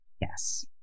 Yes